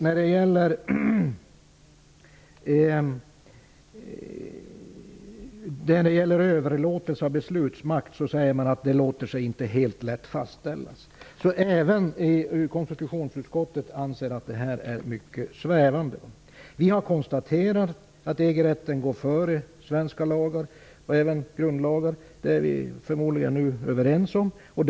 När det gäller överlåtelse av beslutsmakt säger man att det inte låter sig helt lätt fastställas. Även konstitutionsutskottet anser att det här är mycket svävande. Vi har konstaterat att EG-rätten går före svenska lagar, även grundlagar. Det är vi förmodligen överens om nu.